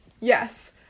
yes